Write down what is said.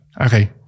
Okay